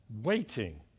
waiting